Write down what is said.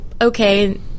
okay